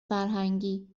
فرهنگی